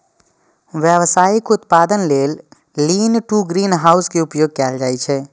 व्यावसायिक उत्पादन लेल लीन टु ग्रीनहाउस के उपयोग कैल जाइ छै